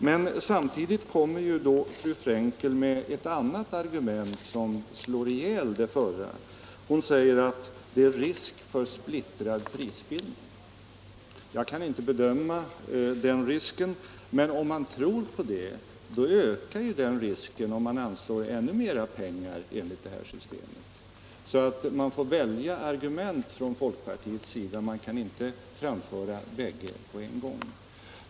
Men samtidigt kommer fru Frenkel med ett annat argument, som slår ihjäl det förra. Hon säger att det är risk för splittrad prisbildning. Jag kan inte bedöma den risken, men om man tror på det så ökar ju den risken om man anslår ännu mer pengar, enligt det här systemet. Man får välja argument från folkpartiets sida, man kan inte framföra båda på en gång.